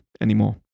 anymore